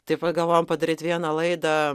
taip pat galvojam padaryt vieną laidą